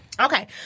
Okay